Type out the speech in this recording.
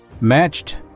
matched